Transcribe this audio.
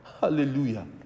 Hallelujah